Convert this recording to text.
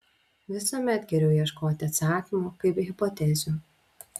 visuomet geriau ieškoti atsakymų kaip hipotezių